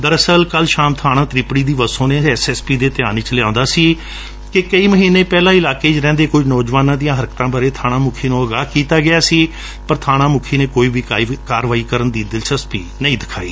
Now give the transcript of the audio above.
ਦਰਅਸਲ ਕਲ ਸ਼ਾਮ ਬਾਣਾ ਤ੍ਰਿਪੜੀ ਦੀ ਵਸੋਂ ਨੇ ਐਸ ਐਸ ਪੀ ਦੇ ਧਿਆਨ ਵਿਚ ਲਿਆਉਂਦਾ ਸੀ ਕਿ ਕਈ ਮਹੀਨੇ ਪਹਿਲਾਂ ਇਲਾਕੇ ਵਿਚ ਰਹਿਂਦੇ ਕੁਝ ਨੌਜਵਾਨਾ ਦੀਆ ਹਰਕਤਾ ਬਾਰੇ ਬਾਣਾ ਮੁਖੀ ਨੰ ਆਗਾਹ ਕੀਤਾ ਗਿਆ ਸੀ ਪਰ ਬਾਣਾ ਮੁਖੀ ਨੇ ਕੋਈ ਵੀ ਕਾਰਵਾਈ ਕਰਨ ਵਿਚ ਦਿਲਚਸਪੀ ਨਹੀਂ ਦਿਖਾਈ